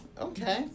okay